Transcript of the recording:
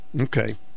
Okay